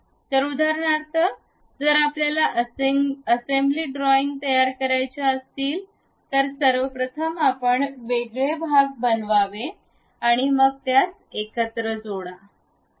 तर उदाहरणार्थ जर आपल्याला असेंब्ली ड्रॉईंग्ज करायच्या असतील तर सर्वप्रथम आपण वेगळे भाग बनवावे आणि मग त्यास एकत्र जोडा